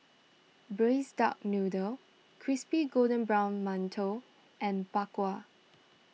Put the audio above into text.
Braised Duck Noodle Crispy Golden Brown Mantou and Bak Kwa